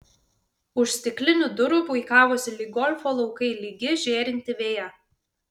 už stiklinių durų puikavosi lyg golfo laukai lygi žėrinti veja